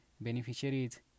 Beneficiaries